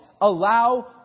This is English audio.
allow